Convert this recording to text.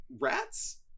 rats